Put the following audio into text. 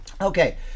okay